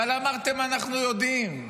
אמרתם: אנחנו יודעים,